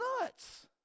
nuts